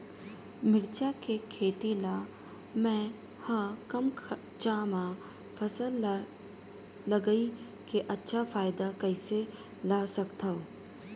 मिरचा के खेती ला मै ह कम खरचा मा फसल ला लगई के अच्छा फायदा कइसे ला सकथव?